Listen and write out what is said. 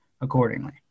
accordingly